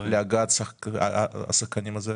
להגעת השחקנים הזרים?